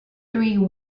three